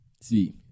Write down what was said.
See